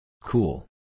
Cool